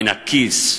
מן הכיס.